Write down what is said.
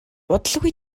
удалгүй